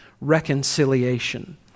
reconciliation